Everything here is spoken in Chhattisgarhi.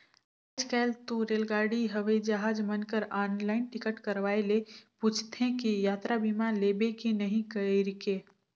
आयज कायल तो रेलगाड़ी हवई जहाज मन कर आनलाईन टिकट करवाये ले पूंछते कि यातरा बीमा लेबे की नही कइरके